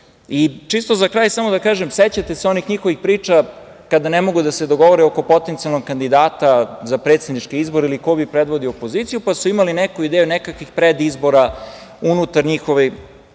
život. Čisto za kraj samo da kažem, sećate se onih njihovih priča kada ne mogu da se dogovore oko potencijalnog kandidata za predsedničke izbore ili ko bi predvodio opoziciju, pa su imali neku ideju nekakvih predizbora unutar njihovih